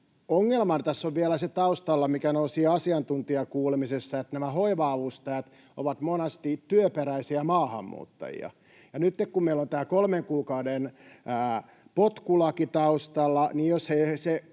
Taustalla tässä on vielä se ongelma, mikä nousi asiantuntijakuulemisissa, että nämä hoiva-avustajat ovat monasti työperäisiä maahanmuuttajia, ja nytten kun meillä on tämä kolmen kuukauden potkulaki taustalla, niin jos he